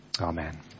amen